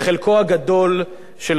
חלקו מעניין, אדוני היושב-ראש,